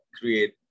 create